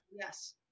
Yes